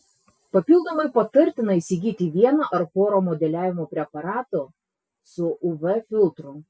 papildomai patartina įsigyti vieną ar porą modeliavimo preparatų su uv filtru